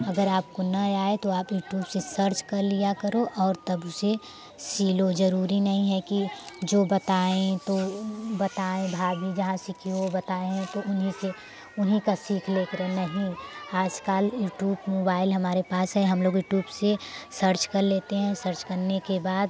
अगर आपको ना आए तो आप यूटूब से सर्च कर लिया करो और तब उसे सिलों जरूरी नई है कि जो बताएँ तो बताएँ भाभी जहाँ सिखी हो वो बताएँ तो उन्हीं से उन्हीं का सीख लेके रहे नहीं आजकल यूटूब मोबाइल हमारे पास है हम लोग यूटूब से सर्च कर लेते हैं सर्च करने के बाद